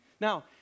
Now